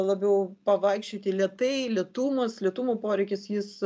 labiau pavaikščioti lėtai lėtumas lėtumo poreikis jis